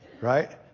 right